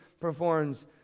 performs